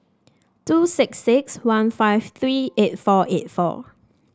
two six six one five three eight four eight four